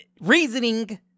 reasoning